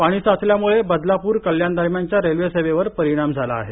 पाणी साचल्याम्ळे बदलापूर कल्याण दरम्यानच्या रेल्वेसेवेवर परिणाम झाला आहे